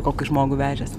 kokį žmogų vežęs